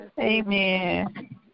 Amen